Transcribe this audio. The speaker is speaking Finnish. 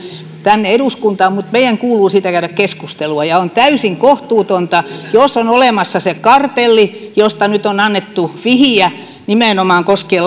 tänne eduskuntaan niin meidän kuuluu siitä käydä keskustelua on täysin kohtuutonta jos on olemassa se kartelli josta nyt on annettu vihiä nimenomaan koskien